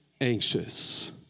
anxious